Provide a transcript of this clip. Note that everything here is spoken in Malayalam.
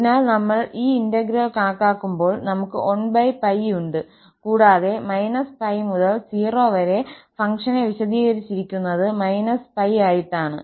അതിനാൽ നമ്മൾ ഈ ഇന്റഗ്രൽ കണക്കാക്കുമ്പോൾ നമുക് 1𝜋ഉണ്ട് കൂടാതെ -𝜋 മുതൽ 0 വരെ ഫംഗ്ഷനെ വിശദീകരിച്ചിരിക്കുന്നത് -𝜋 ആയിട്ടാണ്